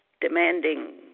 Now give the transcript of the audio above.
demanding